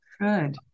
Good